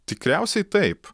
tikriausiai taip